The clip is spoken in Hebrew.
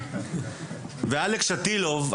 אלכס שטילוב,